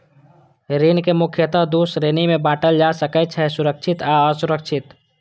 ऋण कें मुख्यतः दू श्रेणी मे बांटल जा सकै छै, सुरक्षित आ असुरक्षित